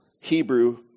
Hebrew